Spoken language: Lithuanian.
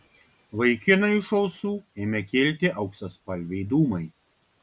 vaikinui iš ausų ėmė kilti auksaspalviai dūmai